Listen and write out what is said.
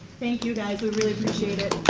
thank you, guys, we really